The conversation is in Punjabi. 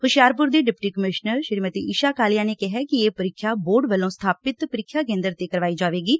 ਹੁਸ਼ਿਆਰਪੁਰ ਦੀ ਡਿਪਟੀ ਕਮਿਸ਼ਨਰ ਈਸ਼ਾ ਕਾਲੀਆ ਨੇ ਕਿਹਾ ਕਿ ਇਹ ਪ੍ਰੀਖਿਆ ਬੋਰਡ ਵੱਲੋ ਸਬਾਪਤ ਪ੍ਰੀਖਿਆ ਕੇਦਰ ਤੇ ਕਾਰਵਾਈ ਜਾਏਗੀ